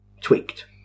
tweaked